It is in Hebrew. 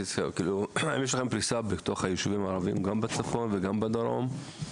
האם יש לכם פריסה ביישובים הערביים גם בצפון וגם בדרום?